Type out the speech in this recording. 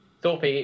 Thorpe